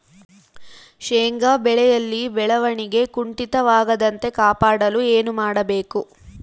ಶೇಂಗಾ ಬೆಳೆಯಲ್ಲಿ ಬೆಳವಣಿಗೆ ಕುಂಠಿತವಾಗದಂತೆ ಕಾಪಾಡಲು ಏನು ಮಾಡಬೇಕು?